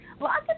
lots